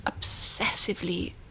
obsessively